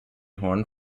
horned